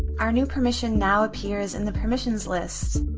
our new permission now appears in the permissions list.